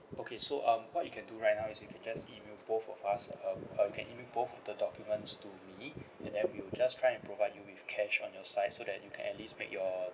okay so um what you can do right is you can just email both of us uh you can email both the documents to me and then we will just try and provide you with cash on your side so that you can at least make your